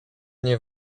nie